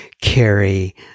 carrie